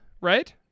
right